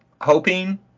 hoping